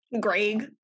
greg